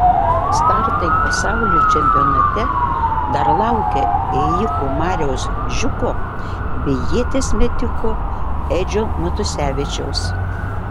startai pasaulio čempionate dar laukia ėjiko mariaus žiūko bei ieties metiko edžio matusevičiaus